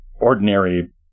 ordinary